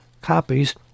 copies